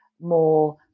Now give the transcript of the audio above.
more